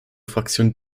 fraktion